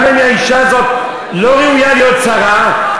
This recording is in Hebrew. גם אם האישה הזאת לא ראויה להיות שרה,